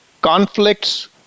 conflicts